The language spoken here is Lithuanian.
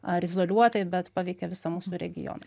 ar izoliuotai bet paveikia visą mūsų regioną